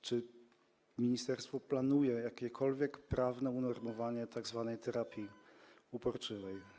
Czy ministerstwo planuje jakiekolwiek prawne unormowania w sprawie tzw. terapii uporczywej?